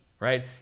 Right